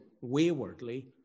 waywardly